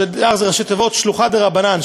שד"ר אלה ראשי תיבות של שלוחא דרבנן,